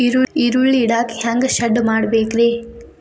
ಈರುಳ್ಳಿ ಇಡಾಕ ಹ್ಯಾಂಗ ಶೆಡ್ ಮಾಡಬೇಕ್ರೇ?